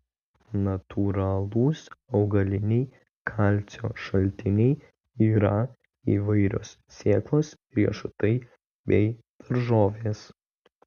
natūralūs augaliniai kalcio šaltiniai yra įvairios sėklos riešutai bei daržovės